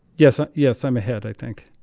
yes. ah yes, i'm ahead, i think